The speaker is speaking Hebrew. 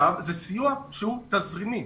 זה סיוע שהוא תזרימי.